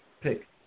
pick